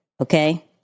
okay